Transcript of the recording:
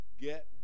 Get